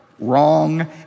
wrong